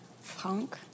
Frank